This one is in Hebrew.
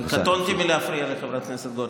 קטונתי מלהפריע לחברת הכנסת גוטליב.